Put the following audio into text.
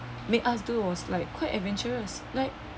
make us do was like quite adventurous like